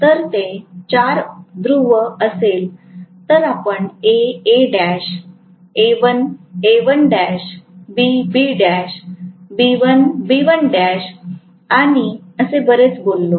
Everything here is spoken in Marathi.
जर ते 4 ध्रुव असेल तर आपण A Al A1 A1l B Bl B1 B1l आणि असे बरेच बोललो